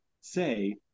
say